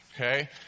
okay